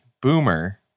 boomer